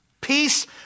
Peace